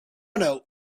know